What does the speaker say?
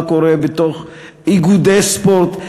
מה קורה בתוך איגודי ספורט,